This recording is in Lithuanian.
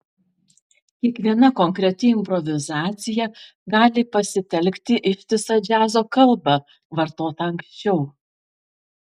kiekviena konkreti improvizacija gali pasitelkti ištisą džiazo kalbą vartotą anksčiau